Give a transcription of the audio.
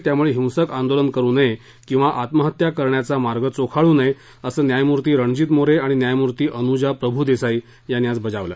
त्यामुळे हिंसक आंदोलन करु नये किंवा आत्महत्या करण्याचा मार्ग चोखाळू नये असं न्यायमूर्ती रणजित मोरे आणि न्यायमूर्ती अनुजा प्रभुदेसाई यांनी आज बजावल